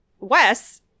Wes